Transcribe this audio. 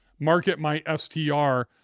MarketMySTR